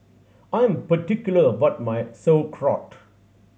I am particular about my Sauerkraut